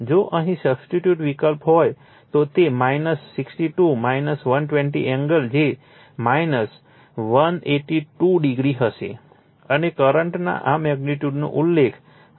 જો અહીં સબસ્ટિટ્યૂટ વિકલ્પ હોય તો તે 62 120 એંગલ જે 182 o હશે અને કરંટના આ મેગ્નિટ્યુડનો ઉલ્લેખ 2